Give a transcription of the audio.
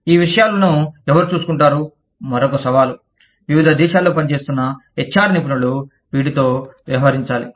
ఈ విషయాలను ఎవరు చూసుకుంటారు మరొక సవాలు వివిధ దేశాలలో పనిచేస్తున్న హెచ్ ఆర్ నిపుణులు వీటితో వ్యవహరించాలి